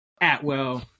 Atwell